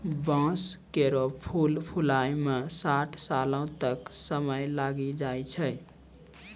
बांस केरो फूल फुलाय म साठ सालो तक क समय लागी जाय छै